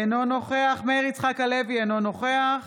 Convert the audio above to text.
אינו נוכח מאיר יצחק הלוי, אינו נוכח